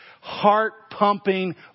heart-pumping